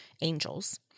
angels